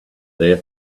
there